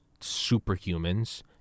superhumans